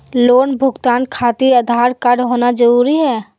Loan भुगतान खातिर Aadhaar card होना जरूरी है?